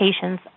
patients